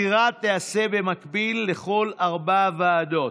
הבחירה תיעשה במקביל לכל ארבע הוועדות.